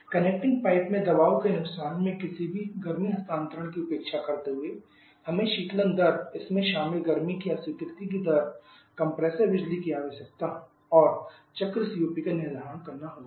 connecting pipe में दबाव के नुकसान में किसी भी गर्मी हस्तांतरण की उपेक्षा करते हुए हमें शीतलन दर इसमें शामिल गर्मी अस्वीकृति की दर कंप्रेसर बिजली की आवश्यकता और चक्र सीओपी का निर्धारण करना होगा